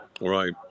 Right